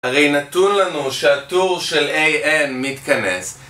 הרי נתון לנו שהטור של AM מתכנס